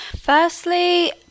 firstly